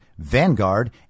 Vanguard